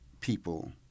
people